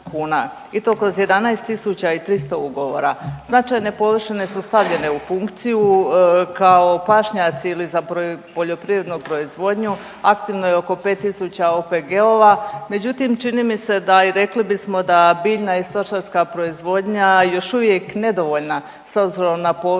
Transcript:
i to kroj 11.300 ugovora. Značajne površine su stavljene u funkciju kao pašnjaci ili za poljoprivrednu proizvodnju. Aktivno je oko 5000 OPG-ova, međutim čini mi se da i rekli bismo da biljna i stočarska proizvodnja još uvijek nedovoljna s obzirom na površine